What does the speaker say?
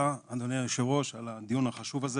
אדוני היו"ר, תודה רבה על הדיון החשוב הזה.